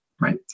right